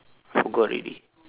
I forgot already